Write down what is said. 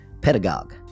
Pedagogue